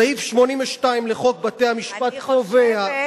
סעיף 82 לחוק בתי-המשפט קובע,